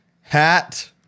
hat